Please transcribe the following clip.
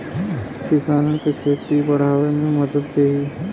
किसानन के खेती बड़ावे मे मदद देई